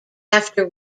after